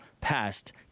passed